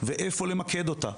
ואיפה למקד אותה.